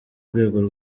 rwego